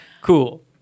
Cool